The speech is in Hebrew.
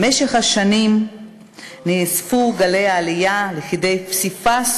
במשך השנים נאספו גלי העלייה לכדי פסיפס